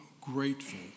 grateful